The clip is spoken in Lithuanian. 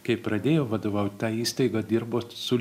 kai pradėjau vadovauti ta įstaiga dirbo su